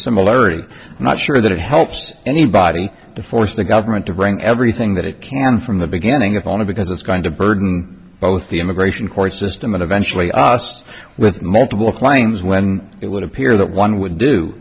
similarity i'm not sure that it helps anybody to force the government to bring everything that it can from the beginning of on it because it's going to burden both the immigration court system and eventually us with multiple claims when it would appear that one would